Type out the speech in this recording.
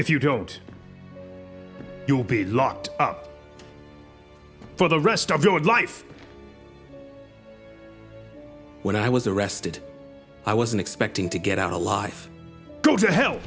if you don't you will be locked up for the rest of your life when i was arrested i wasn't expecting to get out alive go to help